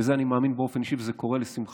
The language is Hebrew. וזה, אני מאמין באופן אישי, וזה קורה לשמחתי,